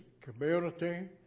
community